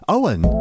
Owen